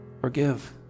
forgive